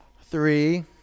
Three